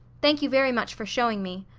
thank you very much for showing me.